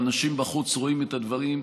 האנשים בחוץ רואים את הדברים,